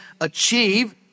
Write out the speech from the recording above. achieve